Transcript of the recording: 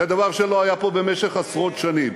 זה דבר שלא היה פה במשך עשרות שנים.